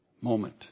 moment